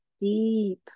deep